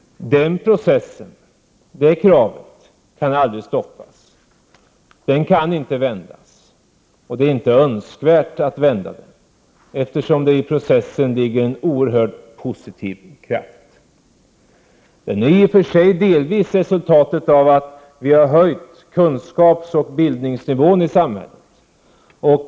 Den processen kan aldrig stoppas. Den kan inte vändas, och det är inte önskvärt att vända den, eftersom det i processen ligger en oerhört positiv kraft. Den är i och för sig delvis resultatet av att vi har höjt kunskapsoch bildningsnivån i samhället.